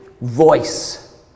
voice